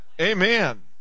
Amen